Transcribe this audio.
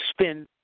Spend